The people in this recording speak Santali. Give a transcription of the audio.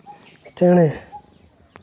ᱪᱮᱬᱮ